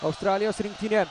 australijos rinktinė